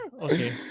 Okay